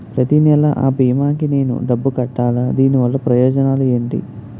ప్రతినెల అ భీమా కి నేను డబ్బు కట్టాలా? దీనివల్ల ప్రయోజనాలు ఎంటి?